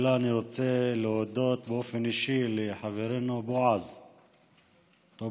תחילה אני רוצה להודות באופן אישי לחברנו בועז טופורובסקי,